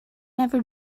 never